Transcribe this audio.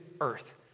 earth